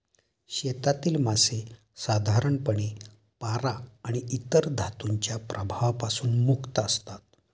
शेतातील मासे साधारणपणे पारा आणि इतर धातूंच्या प्रभावापासून मुक्त असतात